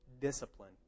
discipline